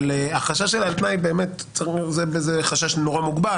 אבל החשש של העל תנאי, וזה חשש נורא מוגבל.